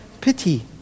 pity